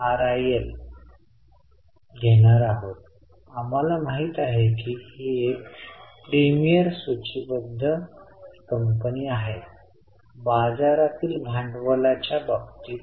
नंतर मागील वर्षासाठी आणि यावर्षी किंवा शिल्लक उघडण्याचे व शिल्लक बंद करण्याचे शिल्लक दिले गेले आहे